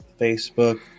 Facebook